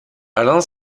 alain